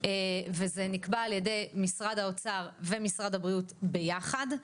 וזה נקבע על ידי משרד האוצר ומשרד הבריאות ביחד.